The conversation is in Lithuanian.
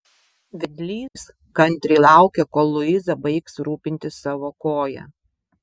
vedlys kantriai laukė kol luiza baigs rūpintis savo koja